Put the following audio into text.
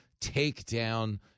takedown